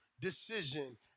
decision